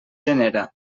genera